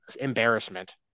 embarrassment